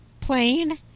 plane